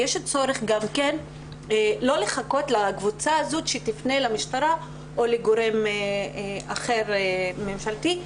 יש צורך לא לחכות לקבוצה הזאת שתפנה למשטרה או לגורם אחר ממשלתי.